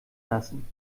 lassen